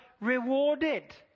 rewarded